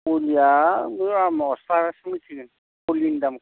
फुलिया अस्थादासो मिथिसिगोन फुलिनि दामखौ